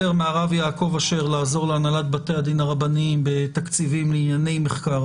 מהרב יעקב אשר לעזור להנהלת בתי הדין הרבניים בתקציבים לענייני מחקר.